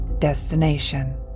destination